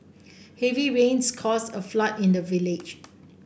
heavy rains caused a flood in the village